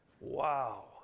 wow